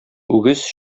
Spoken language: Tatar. үгез